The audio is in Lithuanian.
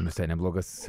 visai neblogas